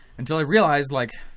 until i realized like